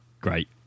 Great